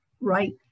right